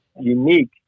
unique